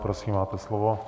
Prosím, máte slovo.